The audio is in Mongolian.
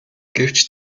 гэвч